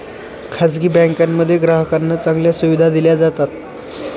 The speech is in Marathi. खासगी बँकांमध्ये ग्राहकांना चांगल्या सुविधा दिल्या जातात